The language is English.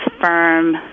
firm